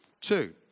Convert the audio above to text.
Two